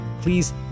please